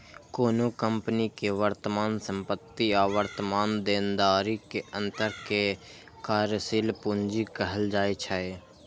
कोनो कंपनी के वर्तमान संपत्ति आ वर्तमान देनदारी के अंतर कें कार्यशील पूंजी कहल जाइ छै